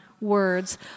words